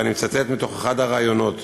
ואני מצטט מאחד הראיונות: